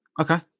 Okay